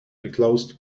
enclosed